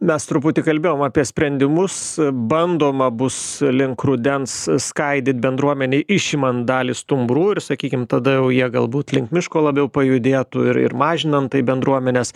mes truputį kalbėjom apie sprendimus bandoma bus link rudens skaidyt bendruomenei išimant dalį stumbrų ir sakykim tada jau jie galbūt link miško labiau pajudėtų ir ir mažinant taip bendruomenes